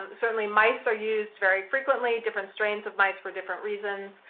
certainly, mice are used very frequently-different strains of mice for different reasons.